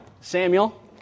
Samuel